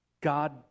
God